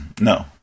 No